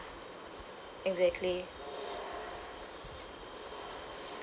exactly